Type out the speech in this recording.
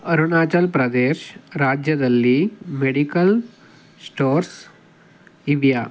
ಅರುಣಾಚಲ್ ಪ್ರದೇಶ್ ರಾಜ್ಯದಲ್ಲಿ medical stores ಇವೆಯಾ